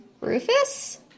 Rufus